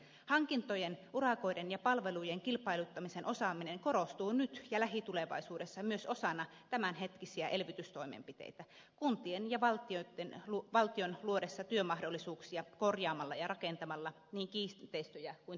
hankintojen urakoiden ja palvelujen kilpailuttamisen osaaminen korostuu nyt ja lähitulevaisuudessa myös osana tämänhetkisiä elvytystoimenpiteitä kuntien ja valtion luodessa työmahdollisuuksia korjaamalla ja rakentamalla niin kiinteistöjä kuin tieverkostoa